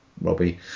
Robbie